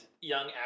young